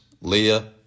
Leah